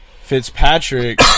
Fitzpatrick